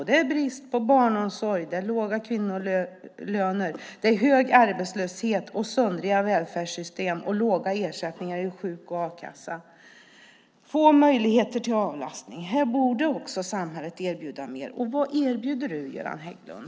Det är brist på barnomsorg, det är låga kvinnolöner, det är hög arbetslöshet, söndriga välfärdssystem, låga ersättningar från sjuk och a-kassa och få möjligheter till avlastning. Här borde samhälle erbjuda mer. Vad erbjuder du, Göran Hägglund?